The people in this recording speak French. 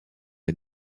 est